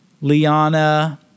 Liana